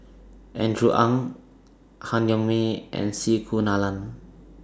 Andrew Ang Han Yong May and C Kunalan